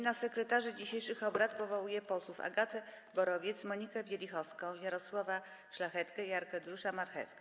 Na sekretarzy dzisiejszych obrad powołuję posłów Agatę Borowiec, Monikę Wielichowską, Jarosława Szlachetkę i Arkadiusza Marchewkę.